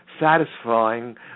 satisfying